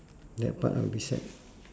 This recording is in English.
that part will be sad